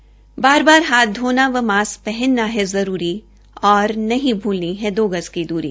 बार बार हाथ धोना व मास्क पहनना है जरूरी और नहीं भूलनी है दो गज की दूरी